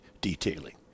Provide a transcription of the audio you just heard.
detailing